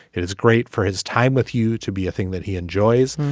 it is great for his time with you to be a thing that he enjoys.